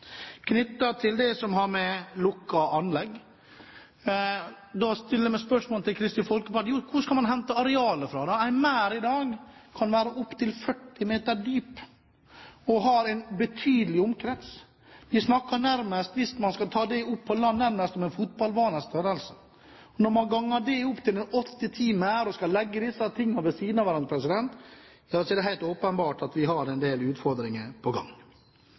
anlegg, må jeg stille spørsmålet: Hvor skal man hente arealet fra? En merd kan i dag være inntil 40 meter dyp, og den har en betydelig omkrets. Hvis man skal ta den opp på land, snakker vi nærmest om en fotballbanes størrelse. Når man ganger dette med åtte-ti merder, og skal legge disse ved siden av hverandre – ja, så er det helt åpenbart at vi har en del utfordringer på gang.